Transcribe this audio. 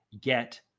get